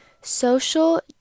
Social